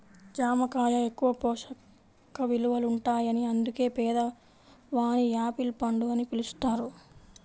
జామ కాయ ఎక్కువ పోషక విలువలుంటాయని అందుకే పేదవాని యాపిల్ పండు అని పిలుస్తారు